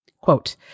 Quote